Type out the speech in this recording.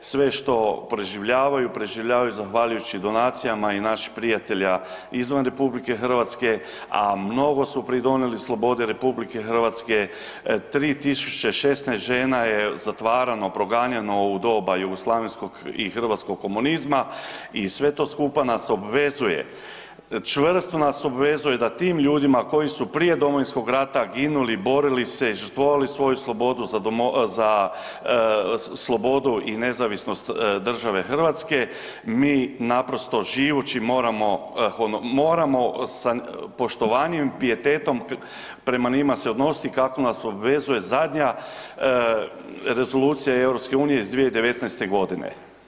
Sve što preživljavaju preživljavaju zahvaljujući donacijama i naših prijatelja izvan RH, a mnogo su pridonijeli slobodi RH, 3016 žena je zatvarano, proganjano u doba jugoslavenskog i hrvatskog komunizma i sve to skupa nas obvezuje, čvrsto nas obvezuje da tim ljudima koji su prije Domovinskog rata ginuli, borili se i žrtvovali svoju slobodu za slobodu i nezavisnost države Hrvatske, mi naprosto živući moramo, moramo sa poštovanjem i pijetetom prema njima se odnositi kako nas obvezuje zadnja Rezolucija EU iz 2019.g.